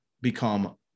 become